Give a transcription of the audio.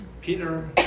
Peter